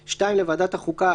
2. לוועדת החוקה,